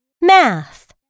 Math